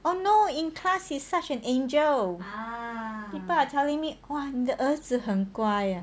oh no in class he's such an angel people are telling me !wah! 你的儿子很乖呀